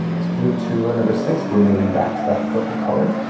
let's move to row number six. we're moving back to that purple color.